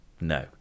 No